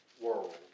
world